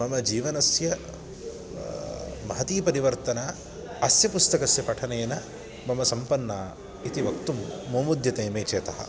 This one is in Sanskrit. मम जीवनस्य महती परिवर्तना अस्य पुस्तकस्य पठनेन मम सम्पन्ना इति वक्तुं मोमुद्यते मे चेतः